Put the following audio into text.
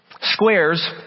Squares